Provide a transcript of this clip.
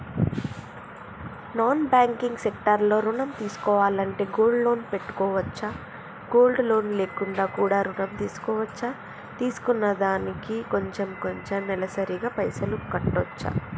Non banking sector లో ఋణం తీసుకోవాలంటే గోల్డ్ లోన్ పెట్టుకోవచ్చా? గోల్డ్ లోన్ లేకుండా కూడా ఋణం తీసుకోవచ్చా? తీసుకున్న దానికి కొంచెం కొంచెం నెలసరి గా పైసలు కట్టొచ్చా?